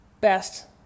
best